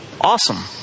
Awesome